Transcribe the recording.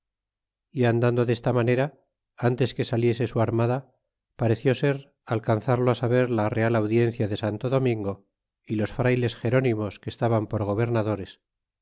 y andando desta manera antes que saliese su armada pareció ser alcanzarlo saber ja real audiencia de santo domingo y los frayles gerónimos que estaban por gobernadores